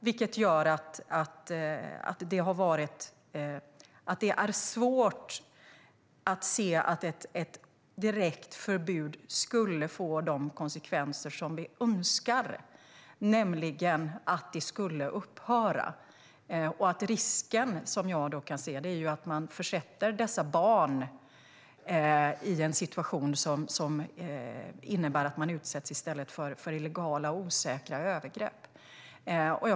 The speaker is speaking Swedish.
Det är därför svårt att se att ett direkt förbud skulle få önskvärda konsekvenser, nämligen att sedvänjan skulle upphöra. Risken är att man försätter dessa barn i en situation där de utsätts för illegala och osäkra övergrepp.